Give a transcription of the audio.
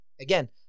Again